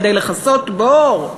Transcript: כדי לכסות בור?